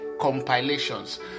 compilations